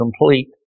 complete